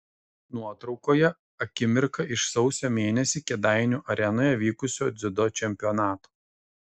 nuotraukoje akimirka iš sausio mėnesį kėdainių arenoje vykusio dziudo čempionato